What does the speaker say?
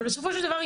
אבל בסופו של דבר,